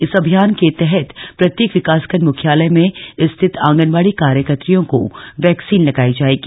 इस अभियान के तहत प्रत्येक विकासखण्ड मुख्यालय में स्थित आंगनबाड़ी कार्यकर्त्रियों को वैक्सीन लगाई जाएगी